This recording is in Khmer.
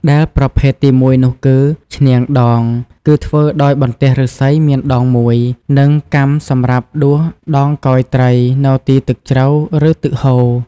ដែលប្រភេទទីមួយនោះគឺ ឈ្នាងដង គឹធ្វើដោយបន្ទះឫស្សីមានដង១ និងកាំសម្រាប់ដួសដងកោយត្រី នៅទីទឹកជ្រៅ ឬទឹកហូរ។